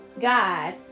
God